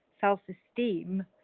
self-esteem